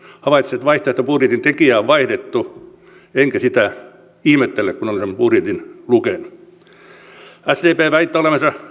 havaitsin että vaihtoehtobudjetin tekijää on vaihdettu enkä sitä ihmettele kun olen sen budjetin lukenut sdp väittää